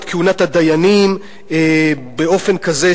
את כהונת הדיינים, באופן כזה.